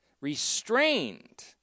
restrained